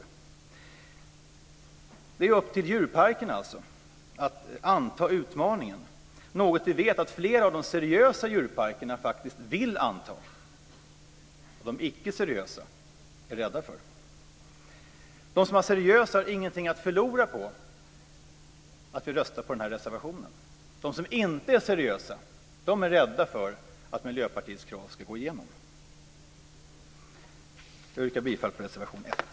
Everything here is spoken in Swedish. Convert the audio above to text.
Det är alltså upp till djurparkerna att anta utmaningen, och vi vet att flera av de seriösa djurparkerna faktiskt vill anta den utmaningen samtidigt som de icke-seriösa är rädda för den. De som är seriösa har ingenting att förlora på att vi röstar på den här reservationen. De som inte är seriösa är rädda för att Miljöpartiets krav ska gå igenom. Jag yrkar bifall till reservation 1.